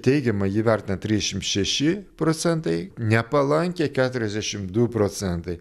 teigiamai jį įvertina trisdešim šeši procentai nepalankiai keturiasdešimt du procentai